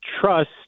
trust